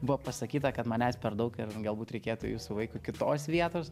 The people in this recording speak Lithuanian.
buvo pasakyta kad manęs per daug ir galbūt reikėtų jūsų vaikui kitos vietos